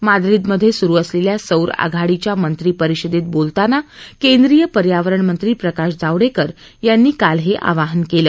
माद्रिदमध्ये सुरू असलेल्या सौर आघाडीच्या मंत्री परिषदेत बोलतांना पर्यावरण मंत्री प्रकाश जावडेकर यांनी काल हे आवाहन केलं